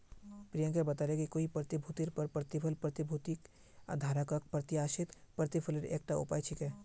प्रियंका बताले कि कोई प्रतिभूतिर पर प्रतिफल प्रतिभूति धारकक प्रत्याशित प्रतिफलेर एकता उपाय छिके